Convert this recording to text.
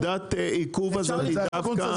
יש לזה